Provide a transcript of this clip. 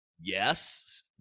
Yes